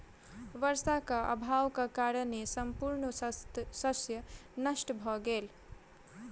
वर्षाक अभावक कारणेँ संपूर्ण शस्य नष्ट भ गेल